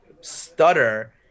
stutter –